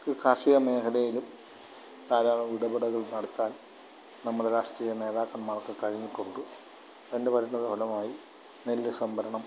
കാർഷിക മേഖലയിലും ധാരാളം ഇടപെടലുകള് നടത്താൻ നമ്മുടെ രാഷ്ട്രീയ നേതാക്കന്മാർക്ക് കഴിഞ്ഞിട്ടുണ്ട് അതിൻ്റെ പരിണിതഫലമായി നെല്ല് സംഭരണം